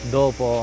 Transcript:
dopo